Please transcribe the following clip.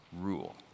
rule